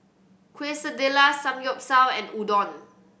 Quesadillas Samgeyopsal and Udon